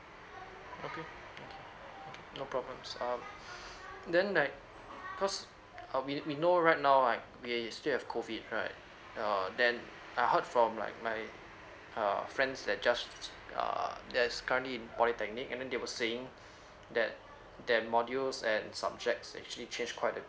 okay okay okay no problem uh then like cause uh we we know right now right we still have COVID right err then I heard from like my err friends that just err that is currently in polytechnic and then they were saying that that modules and subjects actually change quite a